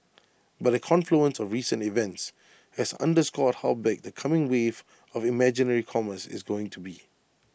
but A confluence of recent events has underscored how big the coming wave of imaginary commerce is going to be